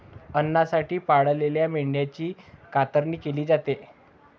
अन्नासाठी पाळलेल्या मेंढ्यांची कतरणी केली जाते